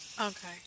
Okay